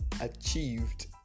achieved